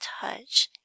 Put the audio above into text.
touch